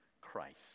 Christ